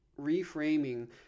reframing